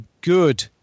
good